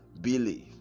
believe